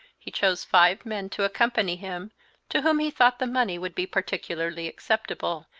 he chose five men to accompany him to whom he thought the money would be particularly acceptable,